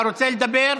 אתה רוצה לדבר?